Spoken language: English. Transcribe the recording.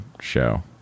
show